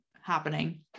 happening